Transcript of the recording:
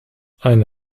eine